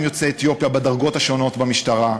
יוצאי אתיופיה בדרגות השונות במשטרה,